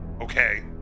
Okay